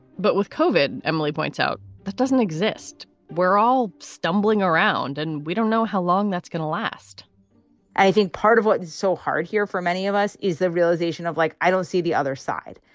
but with cauvin, emily points out that doesn't exist. we're all stumbling around and we don't know how long that's going to last i think part of what is so hard here for many of us is the realization of like, i don't see the other side.